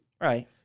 Right